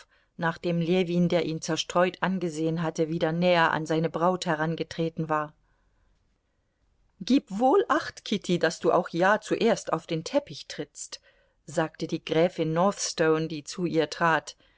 nachdem ljewin der ihn zerstreut angesehen hatte wieder näher an seine braut herangetreten war gib wohl acht kitty daß du auch ja zuerst auf den teppich trittst sagte die gräfin northstone die zu ihr trat